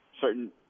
certain